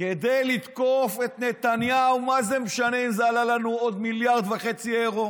כדי לתקוף את נתניהו מה זה משנה אם זה עלה לנו עוד 1.5 מיליארד אירו?